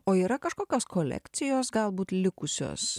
o yra kažkokios kolekcijos galbūt likusios